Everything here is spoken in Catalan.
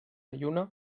lluna